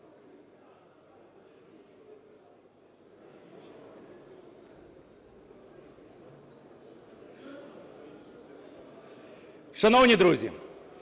Шановні друзі!